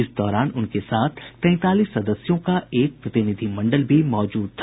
इस दौरान उनके साथ तैंतालीस सदस्यों का एक प्रतिनिधि मंडल भी मौजूद था